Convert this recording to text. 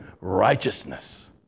righteousness